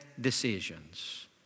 decisions